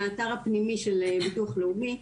מהאתר הפנימי של המוסד לביטוח לאומי,